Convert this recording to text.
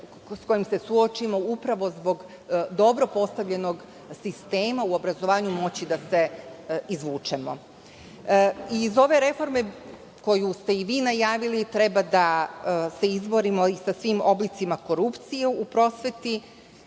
sa kojim se suočimo, upravo zbog dobro postavljenog sistema u obrazovanju, moći da se izvučemo. Iz ove reforme koju ste i vi najavili, treba da se izborimo i sa svim oblicima korupcije u prosveti.